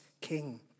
king